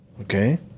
Okay